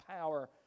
power